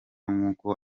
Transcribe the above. nkuko